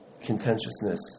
contentiousness